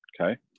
okay